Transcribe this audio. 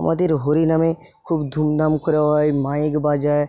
আমাদের হরিনামে খুব ধুমধাম করে হয় মাইক বাজায়